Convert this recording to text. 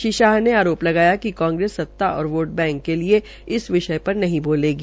श्री शाह ने आरोप लगायाकि कांग्रेस सता और वोट बैंक के लिये इस विषय पर नहीं बोलेगी